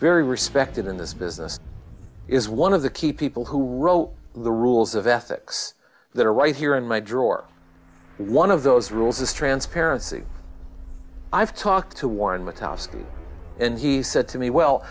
very respected in this business is one of the key people who wrote the rules of ethics that are right here in my drawer one of those rules is transparency i've talked to warren mccoskey and he said to me well